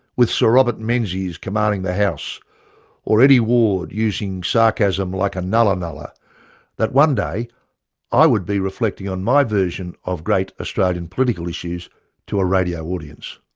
with sir robert menzies commanding the house or eddie ward using sarcasm like a nulla-nulla that one day i would be reflecting on my version of great australian political issues to a radio audience.